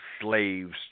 slaves